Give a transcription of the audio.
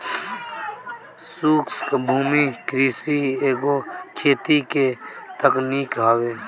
शुष्क भूमि कृषि एगो खेती के तकनीक हवे